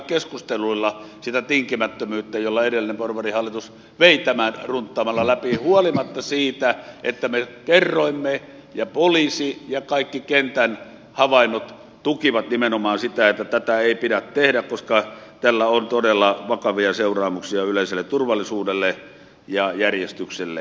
keskusteluilla sitä tinkimättömyyttä jolla edellinen porvarihallitus vei tämän runttaamalla läpi huolimatta siitä että me kerroimme ja poliisi ja kaikki kentän havainnot tukivat nimenomaan sitä että tätä ei pidä tehdä koska tällä on todella vakavia seuraamuksia yleiselle turvallisuudelle ja järjestykselle